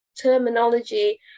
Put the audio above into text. terminology